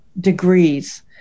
degrees